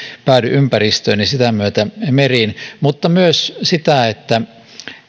päädy ympäristöön ja sitä myötä meriin mutta myös sitä että